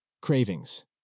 Cravings